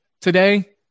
Today